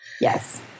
Yes